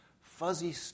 fuzzy